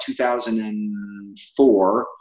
2004